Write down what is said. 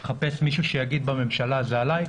הוא מחפש מישהו שיגיד בממשלה שזה עליו,